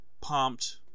pumped